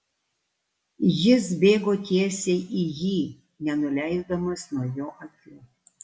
jis bėgo tiesiai į jį nenuleisdamas nuo jo akių